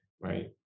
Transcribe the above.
right